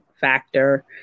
factor